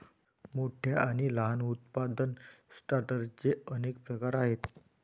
मोठ्या आणि लहान उत्पादन सॉर्टर्सचे अनेक प्रकार आहेत